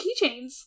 keychains